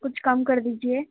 کچھ کم کر دیجیے